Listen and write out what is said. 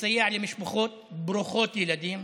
לסייע למשפחות ברוכות ילדים,